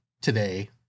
today